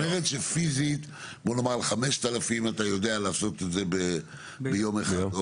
זאת אומרת שפיסית על 5,000 אתה יודע לעשות את זה ביום אחד.